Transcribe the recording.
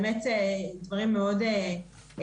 והם באמת דברים מאוד חשובים,